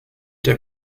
der